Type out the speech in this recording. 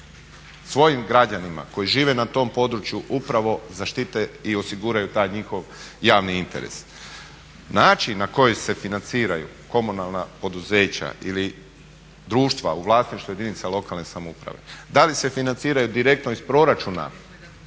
svojim građanima koji žive na tom području upravo zaštite i osiguraju taj njihov javni interes. Način na koji se financiraju komunalna poduzeća ili društva u vlasništvu jedinica lokalne samouprave, da li se financiraju direktno iz proračuna